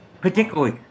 particularly